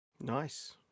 Nice